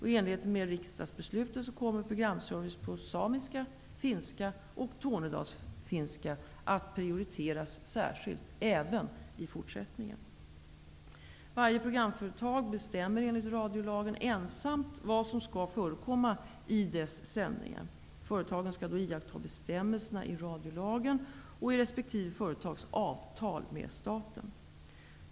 I enlighet med riksdagsbeslutet kommer programservice på samiska, finska och tornedalsfinska att prioriteras särskilt även i fortsättningen. Varje programföretag bestämmer enligt radiolagen ensamt vad som skall förekomma i dess sändningar. Företagen skall då iaktta bestämmelserna i radiolagen och i resp. företags avtal med staten.